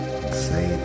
Say